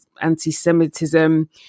anti-Semitism